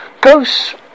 ghosts